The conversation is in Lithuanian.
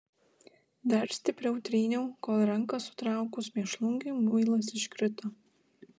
dar stipriau tryniau kol ranką sutraukus mėšlungiui muilas iškrito